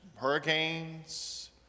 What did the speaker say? hurricanes